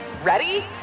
Ready